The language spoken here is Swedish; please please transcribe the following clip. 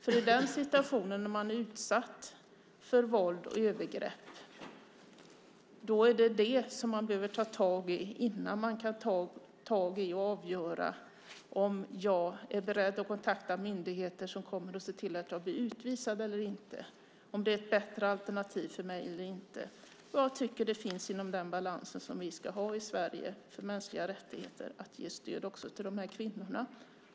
I den situation där jag är utsatt för våld och övergrepp är det vad jag behöver ta tag i innan jag kan avgöra om jag är beredd att kontakta myndigheter som kommer att se till att jag blir utvisad eller inte och om det är ett bättre alternativ för mig eller inte. Jag tycker att det finns inom den balans som vi ska ha i Sverige för mänskliga rättigheter att ge stöd också till dessa kvinnor.